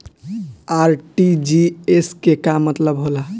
RTGS के का मतलब होला?